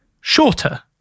shorter